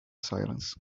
silence